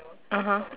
(uh huh)